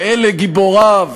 שאלה גיבוריו